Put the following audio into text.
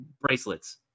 bracelets